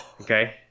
okay